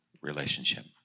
relationship